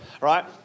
right